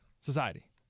society